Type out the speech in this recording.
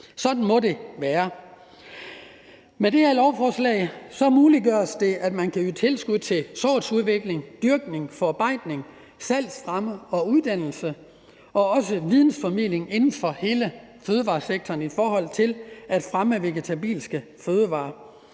Sådan må det være. Med det her lovforslag muliggøres det, at man kan øge tilskuddet til sortsudvikling, dyrkning, forarbejdning, salgsfremme, uddannelse og vidensformidling inden for hele fødevaresektoren i forhold til at fremme vegetabilske fødevarer.